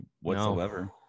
whatsoever